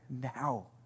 now